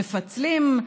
מפצלים,